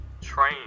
train